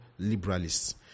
liberalists